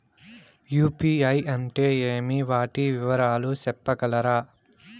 UPI అంటే ఏమి? వాటి వివరాలు సెప్పగలరా?